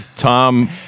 Tom